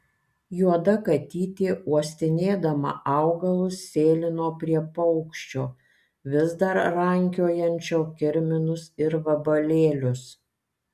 juoda katytė uostinėdama augalus sėlino prie paukščio vis dar rankiojančio kirminus ir vabalėlius